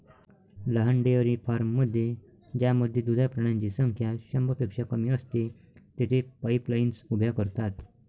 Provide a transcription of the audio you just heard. लहान डेअरी फार्ममध्ये ज्यामध्ये दुधाळ प्राण्यांची संख्या शंभरपेक्षा कमी असते, तेथे पाईपलाईन्स उभ्या करतात